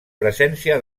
presència